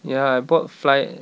ya I bought flydigi